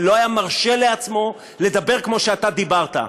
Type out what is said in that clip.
לא היה מרשה לעצמו לדבר כמו שאתה דיברת,